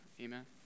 Amen